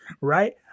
right